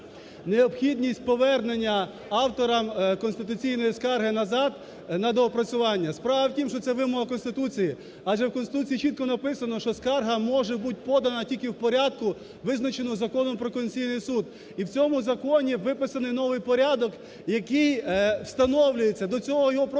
необхідність повернення авторам конституційної скарги назад на доопрацювання. Справа в тім, що це вимога Конституції, адже в Конституції чітко написано, що скарга може бути подана тільки в порядку, визначеного Законом "Про Конституційний Суд". І в цьому законі виписаний новий порядок, який встановлюється, до цього його просто не